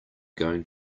going